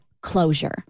closure